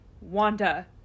Wanda